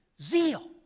Zeal